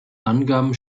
angaben